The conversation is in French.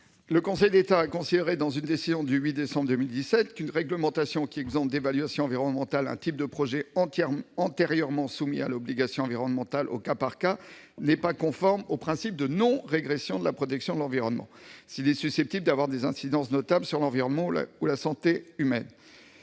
Le Conseil d'État a considéré dans une décision du 8 décembre 2017 qu'une réglementation qui exempte d'évaluation environnementale un type de projets antérieurement soumis à obligation environnementale au cas par cas n'est pas conforme au principe de non-régression de la protection de l'environnement s'il est susceptible d'avoir des incidences notables sur l'environnement ou la santé humaine.